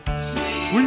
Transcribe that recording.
Sweet